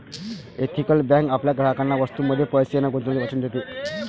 ethical bank आपल्या ग्राहकांना वस्तूंमध्ये पैसे न गुंतवण्याचे वचन देते